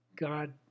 God